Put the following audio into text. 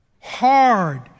Hard